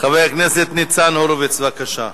חבר הכנסת ניצן הורוביץ, בבקשה.